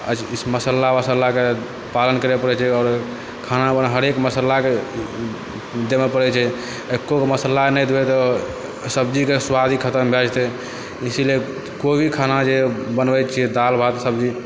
इस मसल्ला वसल्लाके पालन करऽ पड़ै छै आओर खाना वाना हरेक मसल्लाके देबऽ पड़ै छै एको गो मसाला नहि देबै तऽ सब्जीके सुआद ही खतम भऽ जेतै इसीलिए कोइ भी खाना जे बनबै छिए दाल भात सब्जी